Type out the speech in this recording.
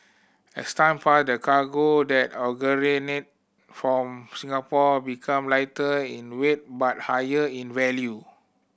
as time passed the cargo that originated from Singapore become lighter in weight but higher in value